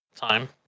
time